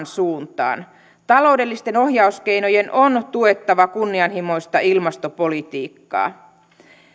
suuntaan taloudellisten ohjauskeinojen on tuettava kunnianhimoista ilmastopolitiikkaa